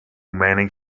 mining